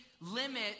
limit